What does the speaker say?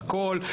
הכול.